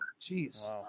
Jeez